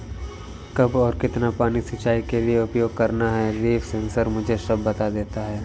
कब और कितना पानी सिंचाई के लिए उपयोग करना है लीफ सेंसर मुझे सब बता देता है